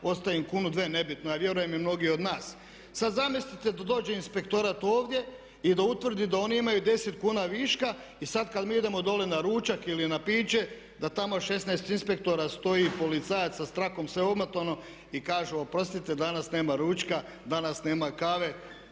ostavim kunu, dvije ne bitno a vjerujem i mnogi od nas. Sad zamislite da dođe inspektorat ovdje i da utvrdi da oni imaju 10 kuna viška i sad kad mi idemo dole na ručak ili na piće da tamo 16 inspektora stoji i policajaca sa trakom sve omotano i kažu oprostite danas nema ručka, danas nema kave